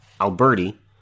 Alberti